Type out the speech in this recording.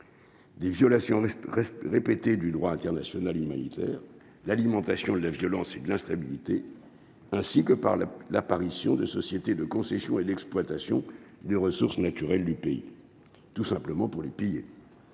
Des violations répétées du droit international humanitaire l'alimentation de la violence et l'instabilité ainsi que par l'apparition de société de concessions et l'exploitation des ressources naturelles du pays, tout simplement pour les payer,